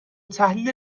تحلیل